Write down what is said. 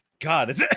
God